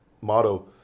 motto